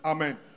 Amen